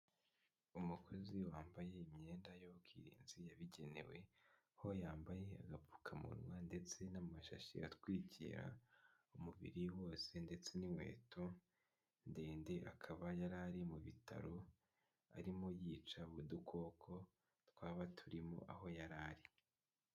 Umukozi wambaye imyenda y'ubwirinzi yabigenewe, aho yambaye agapfukamunwa ndetse n'amashashi atwikira umubiri wose ndetse n'inkweto ndende, akaba yari ari mu bitaro, arimo yica udukoko twaba turimo aho yari ari.